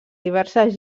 diverses